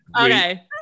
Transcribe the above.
Okay